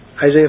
Isaiah